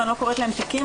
ואני לא קוראת להם תיקים,